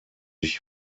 ich